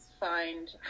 find